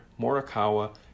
Morikawa